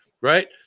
right